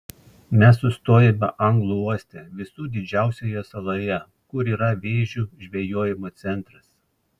mes sustojome anglų uoste visų didžiausioje saloje kur yra vėžių žvejojimo centras